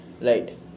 right